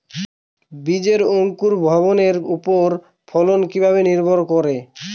বীজের অঙ্কুর ভবনের ওপর ফলন কিভাবে নির্ভর করে?